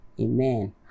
Amen